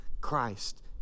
Christ